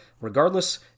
regardless